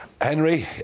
Henry